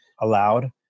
allowed